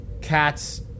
cats